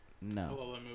No